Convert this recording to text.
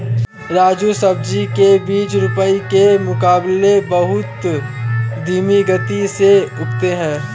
राजू सब्जी के बीज रोपाई के मुकाबले बहुत धीमी गति से उगते हैं